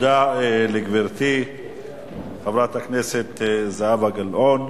תודה לגברתי חברת הכנסת זהבה גלאון.